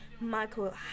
michael